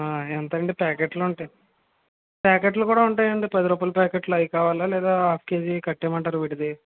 ఎంత అండి ప్యాకెట్లు ఉంటాయి ప్యాకెట్లు కూడా ఉంటాయండి పది రూపాయల ప్యాకెట్లు అవి కావాలా లేదా హాఫ్ కేజీ కట్టెయమంటార విడిది